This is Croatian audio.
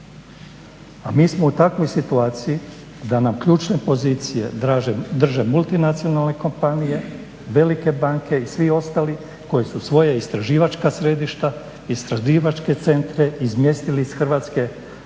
A mi smo u takvoj situaciji da nam ključne pozicije drže multinacionalne kompanije, velike banke i svi ostali koji su svoja istraživačka središta, istraživačke centre izmjestili iz Hrvatske vani